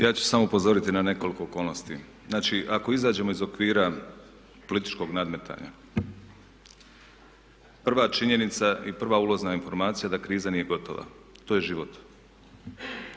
Ja ću samo upozoriti na nekoliko okolnosti. Znači, ako izađemo iz okvira političkog nadmetanja prva činjenica i prva ulazna informacija da kriza nije gotova. To je život.